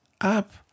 up